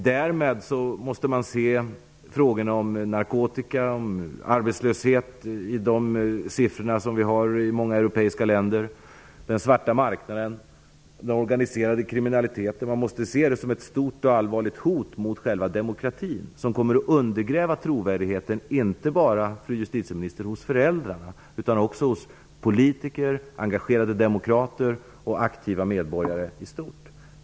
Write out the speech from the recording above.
Därmed måste man se frågorna om narkotikan, de höga siffrorna för arbetslöshet som vi har i många europeiska länder, den svarta marknaden och den organiserade kriminaliteten som ett stort och allvarligt hot mot själva demokratin. Det kommer att undergräva trovärdigheten inte bara hos föräldrarna - fru justitieminister - utan också hos politiker, engagerade demokrater och aktiva medborgare i stort.